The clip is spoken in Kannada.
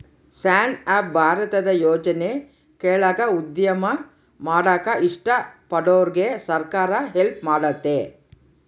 ಸ್ಟ್ಯಾಂಡ್ ಅಪ್ ಭಾರತದ ಯೋಜನೆ ಕೆಳಾಗ ಉದ್ಯಮ ಮಾಡಾಕ ಇಷ್ಟ ಪಡೋರ್ಗೆ ಸರ್ಕಾರ ಹೆಲ್ಪ್ ಮಾಡ್ತತೆ